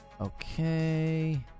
okay